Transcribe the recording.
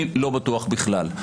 אני לא בטוח בכלל.